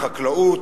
חקלאות,